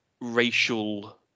racial